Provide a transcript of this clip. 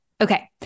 Okay